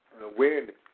awareness